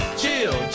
chill